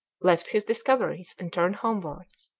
left his discoveries and turned homewards.